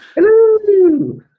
hello